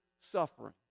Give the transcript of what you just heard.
suffering